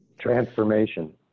Transformation